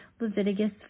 Leviticus